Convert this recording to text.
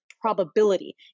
probability